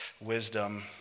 wisdom